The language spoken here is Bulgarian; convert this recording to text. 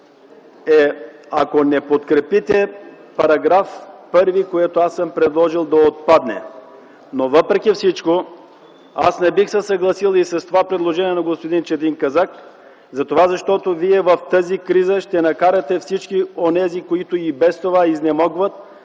е ако не подкрепите § 1, който аз съм предложил да отпадне. Въпреки всичко аз не бих се съгласил с това предложение на господин Четин Казак, защото вие в тази криза ще накарате всички онези, които и без това изнемогват,